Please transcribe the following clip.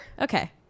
Okay